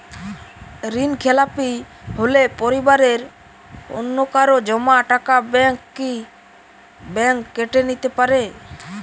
ঋণখেলাপি হলে পরিবারের অন্যকারো জমা টাকা ব্যাঙ্ক কি ব্যাঙ্ক কেটে নিতে পারে?